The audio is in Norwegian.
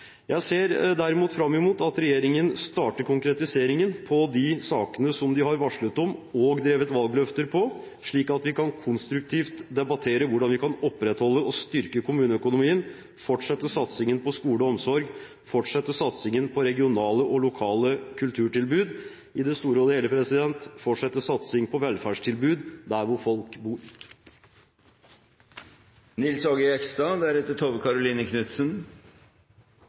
Jeg ser fram til at regjeringen starter konkretiseringen av de sakene som den har varslet om og drevet med valgløfter i, slik at vi konstruktivt kan debattere hvordan vi kan opprettholde/styrke kommuneøkonomien, fortsette satsingen på skole og omsorg, fortsette satsingen på regionale og lokale kulturtilbud – i det store og hele fortsette satsingen på velferdstilbud der hvor folk